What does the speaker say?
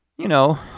you know,